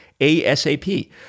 ASAP